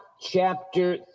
Chapter